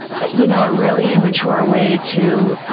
but, you know, a really immature way to,